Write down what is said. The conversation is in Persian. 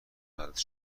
مدرسه